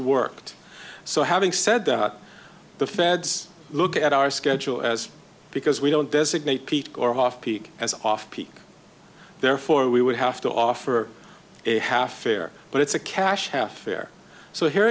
worked so having said that the feds look at our schedule as because we don't designate peak or off peak as off peak therefore we would have to offer a half fare but it's a cash half fare so here